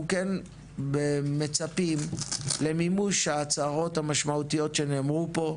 אנחנו כן מצפים למימוש ההצהרות המשמעותיות שנאמרו פה.